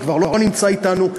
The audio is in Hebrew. שכבר לא נמצא אתנו,